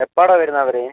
എപ്പോഴാണ് ടാ വരുന്നത് അവർ